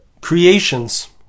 creations